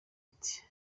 ati